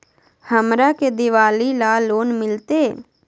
हमरा के दिवाली ला लोन मिलते?